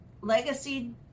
legacy